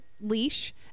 leash